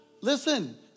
listen